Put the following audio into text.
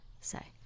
say